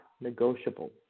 negotiable